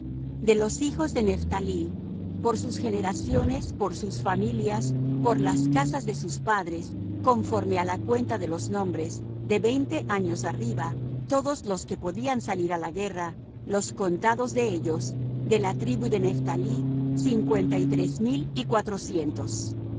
de los hijos de nephtalí por sus generaciones por sus familias por las casas de sus padres conforme á la cuenta de los nombres de veinte años arriba todos los que podían salir á la guerra los contados de ellos de la tribu de nephtalí cincuenta y tres mil y cuatrocientos